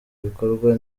bikorwa